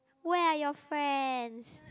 where are your friends